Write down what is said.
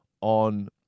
on